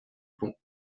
pont